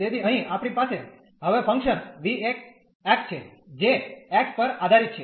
તેથી અહીં આપણી પાસે હવે ફંક્શન v1 છે જે x પર આધારિત છે